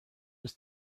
was